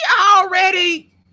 already